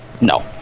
No